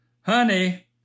Honey